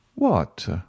What